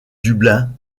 dublin